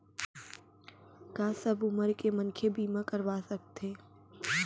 का सब उमर के मनखे बीमा करवा सकथे?